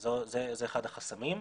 זה אחד החסמים.